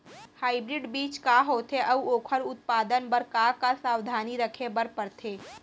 Hybrid बीज का होथे अऊ ओखर उत्पादन बर का का सावधानी रखे बर परथे?